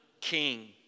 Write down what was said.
king